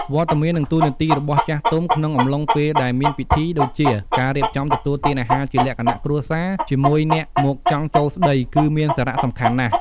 វត្តមាន និង តួនាទីរបស់ចាស់ទុំក្នុង អំឡុងពេលដែលមានពិធី ដូចជា ការរៀបចំទទួលទានអាហារជាលក្ខណៈគ្រួសារ ជាមួយអ្នកមកចង់ចូលស្តី គឺមានសារៈសំខាន់ណាស់។